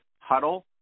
huddle